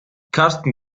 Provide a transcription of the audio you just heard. karsten